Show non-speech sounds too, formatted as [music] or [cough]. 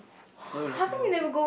[noise] probably when I was a young kid